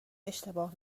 اشتباه